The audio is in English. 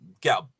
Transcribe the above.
get